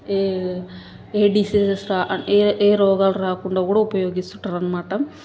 ఏ ఏ డిసీసెస్ ఏ ఏ రోగాలు రాకుండా కూడా ఉపయోగిస్తుంటారన్నమాట